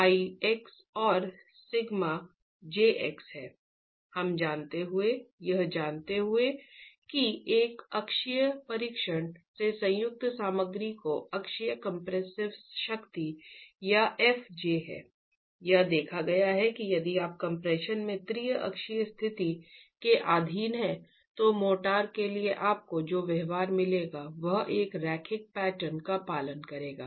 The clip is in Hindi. यह जानते हुए कि एक अक्षीय परीक्षण से संयुक्त सामग्री की अक्षीय कंप्रेसिव शक्ति यह f j हैं यह देखा गया है कि यदि आप कम्प्रेशन में त्रिअक्षीय स्थिति के अधीन हैं तो मोर्टार के लिए आपको जो व्यवहार मिलेगा वह एक रैखिक पैटर्न का पालन करेगा